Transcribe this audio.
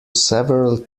several